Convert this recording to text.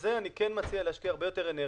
בזה אני כן מציע להשקיע יותר אנרגיה.